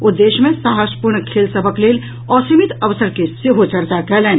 ओ देश मे साहसपूर्ण खेल सभक लेल असीमित अवसर के सेहो चर्चा कयलनि